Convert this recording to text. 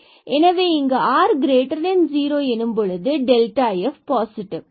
எனவே இங்கு r0 எனும் பொழுது இது f பாசிடிவ்